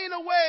away